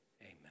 Amen